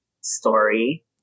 story